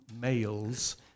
males